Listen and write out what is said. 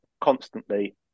constantly